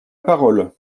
parole